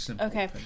Okay